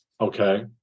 Okay